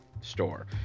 store